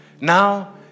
Now